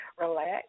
relax